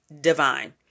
divine